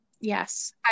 Yes